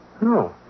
No